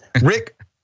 Rick